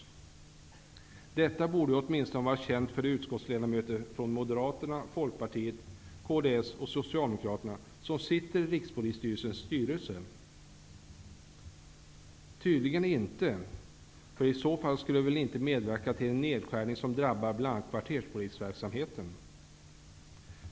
Detta borde åtminstone ha varit känt för de utskottsledamöter från Moderaterna, Folkpartiet, kds och Socialdemokraterna som sitter i Rikspolisstyrelsens styrelse. Det är tydligen inte fallet. Om det hade varit känt för dem, skulle de väl inte ha medverkat till en nedskärning som drabbar bl.a. kvarterspolisverksamheten.